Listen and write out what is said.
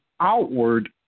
outward